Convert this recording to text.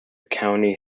county